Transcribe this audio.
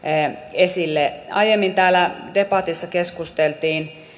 esille aiemmin täällä debatissa keskusteltiin